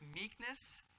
meekness